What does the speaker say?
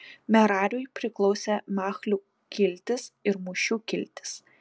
merariui priklausė machlių kiltis ir mušių kiltis